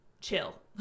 chill